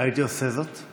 הייתי עושה זאת,